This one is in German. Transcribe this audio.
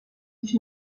sich